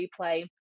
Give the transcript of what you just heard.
replay